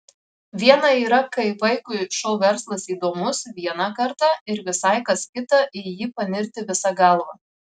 viena yra kai vaikui šou verslas įdomus vieną kartą ir visai kas kita į jį panirti visa galva